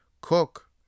Cook